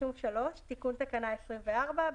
תיקון תקנה 24 .